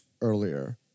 earlier